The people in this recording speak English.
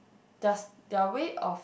does their way of